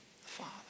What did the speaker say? Father